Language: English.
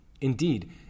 Indeed